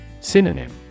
Synonym